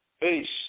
Peace